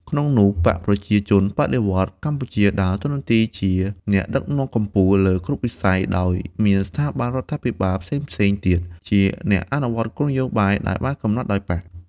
ក្នុងនោះ បក្សប្រជាជនបដិវត្តន៍កម្ពុជាដើរតួនាទីជាអ្នកដឹកនាំកំពូលលើគ្រប់វិស័យ ដោយមានស្ថាប័នរដ្ឋាភិបាលផ្សេងៗទៀតជាអ្នកអនុវត្តគោលនយោបាយដែលបានកំណត់ដោយបក្ស។